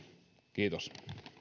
kiitos